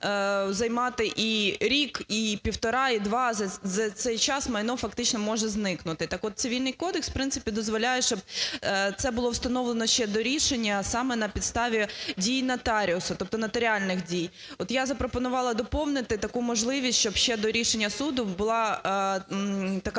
займати і рік, і півтора, і два. За цей час майно фактично може зникнути. Так от, Цивільний кодекс, в принципі, дозволяє, щоб це було встановлено ще до рішення саме на підставі дій нотаріуса, тобто нотаріальних дій. От я запропонувала доповнити таку можливість, щоб ще до рішення суду була така